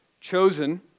chosen